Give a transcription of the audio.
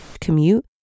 commute